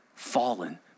fallen